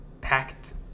packed